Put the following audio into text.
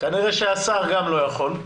כנראה שהשר גם לא יכול.